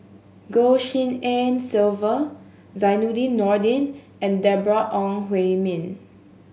Goh Tshin En Sylvia Zainudin Nordin and Deborah Ong Hui Min